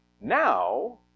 Now